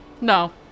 no